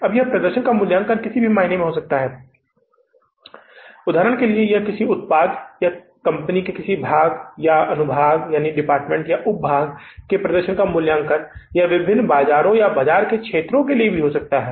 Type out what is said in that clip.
अब यह प्रदर्शन का मूल्यांकन किसी भी मायने में हो सकता है उदाहरण के लिए हम कहते हैं किसी उत्पाद या कंपनी के विभाजन अनुभाग उप अनुभाग के प्रदर्शन का मूल्यांकन या यह विभिन्न बाजारों बाजार के क्षेत्रों में हो सकता है